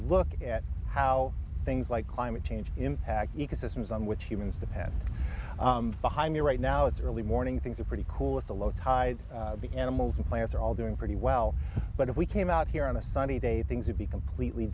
look at how things like climate change impact ecosystems on which humans the pets behind you right now it's early morning things are pretty cool with the low tide the animals and plants are all doing pretty well but if we came out here on a sunny day things would be completely